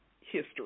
history